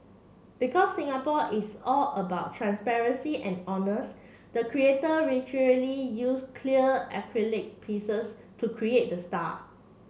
because Singapore is all about transparency and honest the creator literally use clear acrylic pieces to create the star